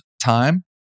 time